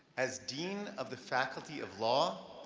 as dean of the faculty of law,